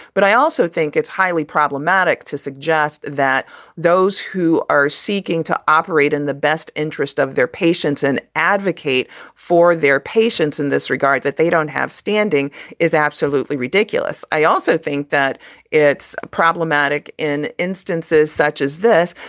but i also think it's highly problematic to suggest that those who are seeking to operate in the best interest of their patients and advocate for their patients in this regard that they don't have standing is absolutely ridiculous. i also think that it's problematic in instances such as this,